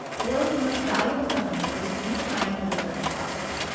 the world's most valuable company is redefining the returns process.